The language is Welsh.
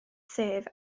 sef